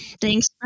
Thanks